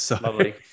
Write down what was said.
Lovely